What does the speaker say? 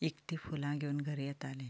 इकती फुलां घेवून घरां येतालें